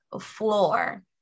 floor